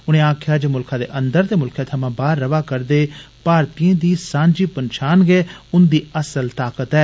उनें आक्खेआ जे मुल्खै दे अंदर ते मुल्खै थमां बाहर रवा करदे भारतीय दी सांझी पंछान गै उन्दी असल ताकत ऐ